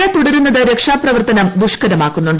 മഴ തുടരുന്നത് രക്ഷാ പ്രവർത്തനം ദുഷ്ക്കരമാക്കുന്നുണ്ട്